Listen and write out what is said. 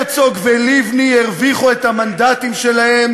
הרצוג ולבני הרוויחו את המנדטים שלהם